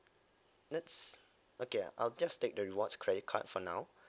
that's okay I'll just take the rewards credit card for now